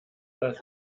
das